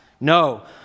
No